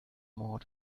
more